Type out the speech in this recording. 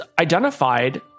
identified